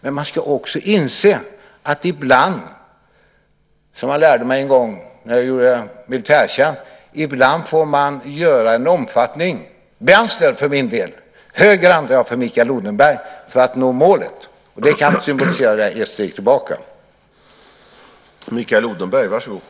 Men man ska också inse att man ibland, som jag lärde mig en gång när jag gjorde militärtjänst, får göra en omfattning - vänster för min del, höger, antar jag, för Mikael Odenberg - för att nå målet. Det kan symbolisera det där med ett steg tillbaka.